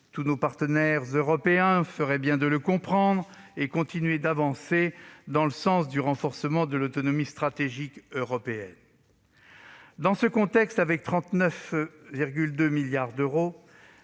Tous nos partenaires européens feraient bien de le comprendre et de continuer d'avancer dans le sens du renforcement de l'autonomie stratégique européenne. Dans ce contexte, avec 39,2 milliards d'euros,